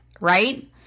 right